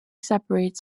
separate